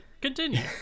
Continue